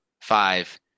five